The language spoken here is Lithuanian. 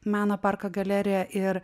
meno parko galerijoje ir